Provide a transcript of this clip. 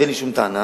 ואין לי שום טענה.